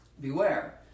beware